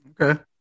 Okay